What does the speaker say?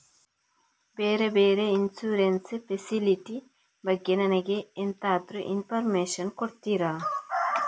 ಬೇರೆ ಬೇರೆ insurance facility ಬಗ್ಗೆ ನನಗೆ ಎಂತಾದ್ರೂ ಇನ್ಫೋರ್ಮೇಷನ್ ಕೊಡ್ತೀರಾ?